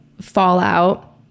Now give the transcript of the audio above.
fallout